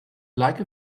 like